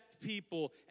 people